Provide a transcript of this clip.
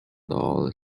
all